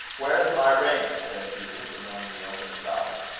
where's my ring? said hugh, the moment he opened his eyes.